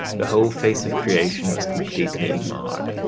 the whole face of creation was completely marred.